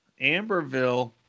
Amberville